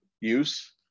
use